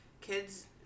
kids